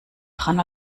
dran